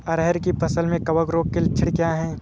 अरहर की फसल में कवक रोग के लक्षण क्या है?